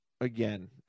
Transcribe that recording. Again